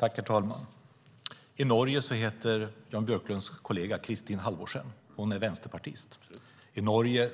Herr talman! I Norge heter Jan Björklunds kollega Kristin Halvorsen. Hon är vänsterpartist. I Norge